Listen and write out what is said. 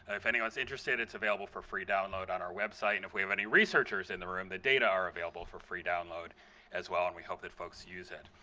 ah if anyone's interested, it's available for free download on our website. and if we have any researchers in the room, the data are available for free download as well and we hope that folks use it.